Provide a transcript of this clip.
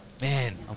Man